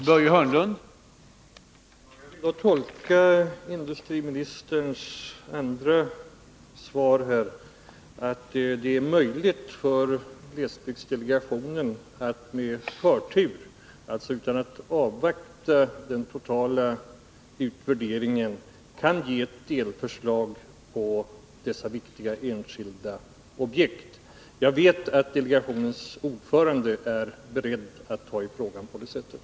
Herr talman! Jag tolkar industriministerns senaste svar på det sättet att det är möjligt för glesbygdsdelegationen att med förtur — alltså utan att avvakta den totala utvärderingen — komma med ett delförslag när det gäller dessa viktiga enskilda objekt. Jag vet att delegationens ordförande är beredd att tai frågan på det sättet.